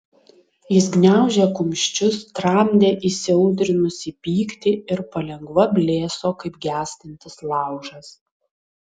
jis gniaužė kumščius tramdė įsiaudrinusį pyktį ir palengva blėso kaip gęstantis laužas